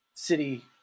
city